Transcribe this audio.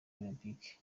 olempike